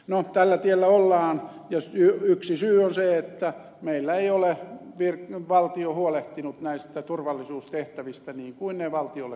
no tällä tiellä ollaan ja yksi syy on se että meillä ei ole valtio huolehtinut näistä turvallisuustehtävistä niin kuin valtion kuuluisi